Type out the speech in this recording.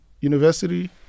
university